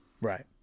Right